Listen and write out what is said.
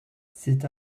c’est